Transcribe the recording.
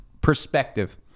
perspective